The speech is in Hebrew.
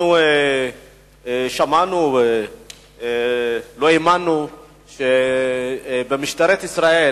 אנחנו שמענו ולא האמנו שבמשטרת ישראל